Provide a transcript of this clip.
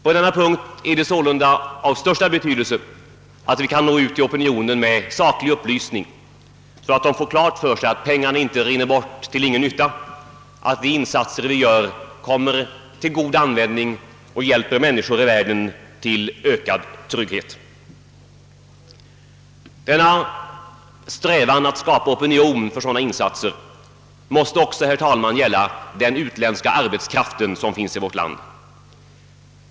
På denna punkt är det sålunda av största betydelse att kunna nå ut till opinionen med saklig upplysning, så att det verkligen blir fastslaget att dessa pengar inte meningslöst rinner bort, utan att de insatser vi gör kommer till god användning och hjälper människor i nöd ute i världen till ökad trygghet. Vår strävan att skapa opinion för sådana insatser måste också gälla den utländska arbetskraft som finns i vårt eget land.